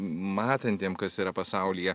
matantiem kas yra pasaulyje